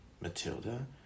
Matilda